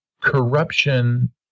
corruption